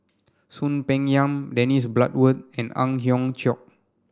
Soon Peng Yam Dennis Bloodworth and Ang Hiong Chiok